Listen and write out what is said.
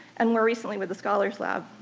and more recently with the scholars lab,